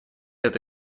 это